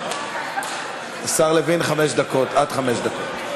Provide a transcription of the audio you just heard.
השר לוין, עד חמש דקות.